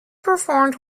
performed